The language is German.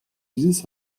dieses